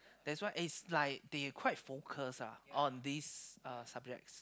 that's why is like they quite focus lah on this uh subjects